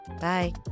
Bye